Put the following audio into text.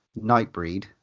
Nightbreed